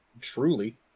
truly